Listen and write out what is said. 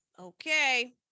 okay